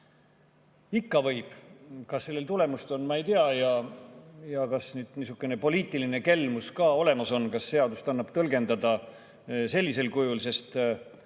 Ikka võib. Kas sellel on tulemust, ma ei tea. Kas niisugune poliitiline kelmus ka olemas on? Kas seadust annab tõlgendada sellisel kujul, sest